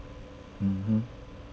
mmhmm